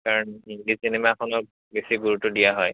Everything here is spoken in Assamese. কাৰণ নিজে চিনেমাখনক বেছি গুৰুত্ব দিয়া হয়